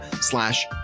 slash